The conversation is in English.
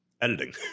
editing